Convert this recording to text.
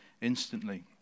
instantly